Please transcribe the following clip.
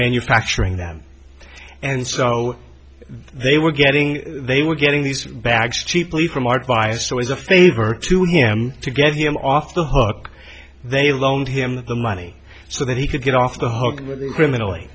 manufacturing them and so they were getting they were getting these bags cheaply from art by so as a favor to him to get him off the hook they loaned him the money so that he could get off the hook criminally